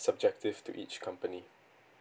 subjective to each company